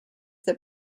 that